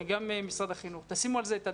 וגם למשרד החינוך שתשימו על זה את הדעת.